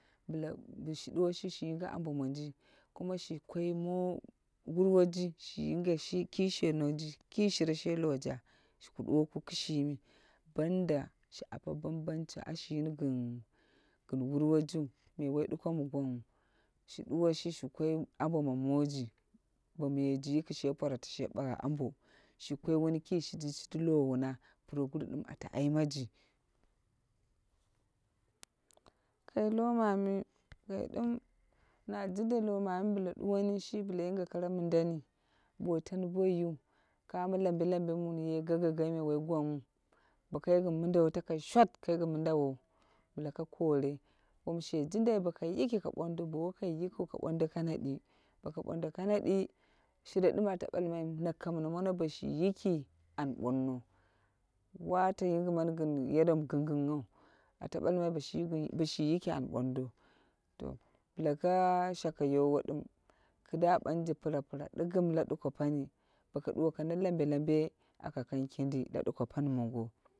Bla, boshi duwoshi shi yinge ambo monji kumshi koi mo, wurwoji shi yinge ki she nonji, ki shire she loja. Ku ɗuwoku kistuimi. Ban da shi ape bambanci ashiyini gin wurwojiu me wai ɗuko mi gwangwu. Shi duwoshi shi koi ambo ma moji, bo miyeji yiki she parata she ɓa'a ambo. Shi koi wuni ku shiji shi lowuna, puroguno dim ate aimaji. Kai lo mami, kai dim, na jinda lomami bla duwoni shi bla yinge kare mindano bo tan boiwu. Kamo lambe lambe wun ye gagaga me woi gwangwu. Bo kai gin mindawo takai shwat kai gin mindawo. Bla ka kore, wom she jindai bo kai yiki ka ɓondo. Bo kai yikiu ka ɓondo kanaɗi. Boko ɓondo kanaɗi shire dim ate ɓalmai nako mina mono boshi yiki an ɓonno. Wate yingimani gin yero mi ginginghau. Ate ɓalmai boshi yiki an ɓondo. To bla ka shake yowo dim, ki da banje pra- pra dikkim laduko ani. Bo ko duwoko na lambe lambe a ka kang kindi la duko mongo.